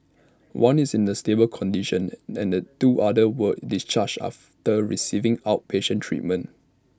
one is in A stable condition and two others were discharged after receiving outpatient treatment